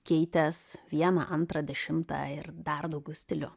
keitės vieną antrą dešimtą ir dar daugiau stilių